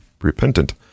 repentant